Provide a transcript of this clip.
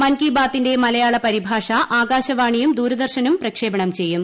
മൻ കി ബാത്തിന്റെ മലയാള പരിഭാഷ ആകാശവാണിയും ദൂരദർശനും പ്രക്ഷേപണം ചെയ്യും